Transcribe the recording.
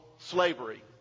slavery